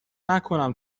نکنم